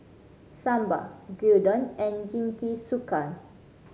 Sambar Gyudon and Jingisukan